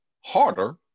harder